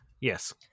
Yes